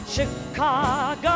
Chicago